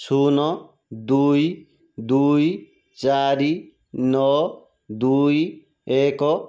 ଶୂନ ଦୁଇ ଦୁଇ ଚାରି ନଅ ଦୁଇ ଏକ